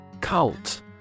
Cult